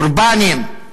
אורבניים.